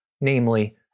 namely